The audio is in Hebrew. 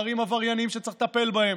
אלו נערים עבריינים שצריך לטפל בהם,